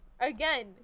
again